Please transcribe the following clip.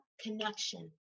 Connection